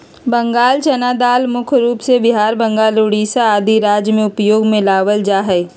बंगाल चना दाल मुख्य रूप से बिहार, बंगाल, उड़ीसा आदि राज्य में उपयोग में लावल जा हई